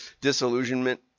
disillusionment